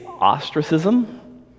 ostracism